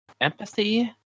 empathy